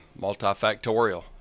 multifactorial